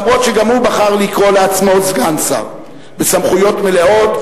אף שגם הוא בחר לקרוא לעצמו סגן שר בסמכויות מלאות,